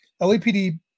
LAPD